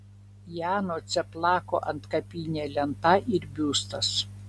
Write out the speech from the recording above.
jano cieplako antkapinė lenta ir biustas